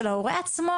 אפילו של ההורה עצמו,